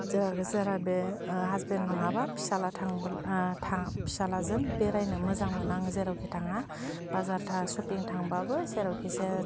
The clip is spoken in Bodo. जोंहाखो सोरा बे हासबेन्ड नङाबा फिसाला थांबोला था फिसालाजों बेरायनो मोजां मोना आं जेरावखि थाङा बाजार था सपिं थांबाबो जेरावखि जाया